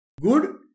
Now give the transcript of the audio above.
Good